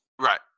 Right